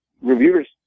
reviewers